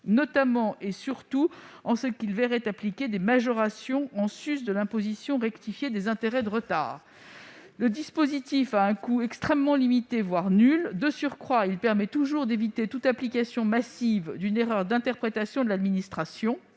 notamment, et surtout, en ce qu'il se verrait appliquer des majorations en sus de l'imposition rectifiée et des intérêts de retard. Ce dispositif aurait un coût budgétaire extrêmement limité, voire nul. De surcroît, il permettrait d'éviter toute application massive d'une erreur d'interprétation de l'administration,